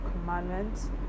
commandments